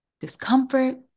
discomfort